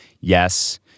yes